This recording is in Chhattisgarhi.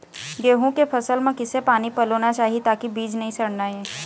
गेहूं के फसल म किसे पानी पलोना चाही ताकि बीज नई सड़ना ये?